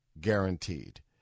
guaranteed